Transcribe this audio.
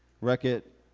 Wreck-It